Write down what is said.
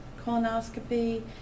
colonoscopy